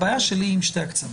הבעיה שלי עם שני הקצוות.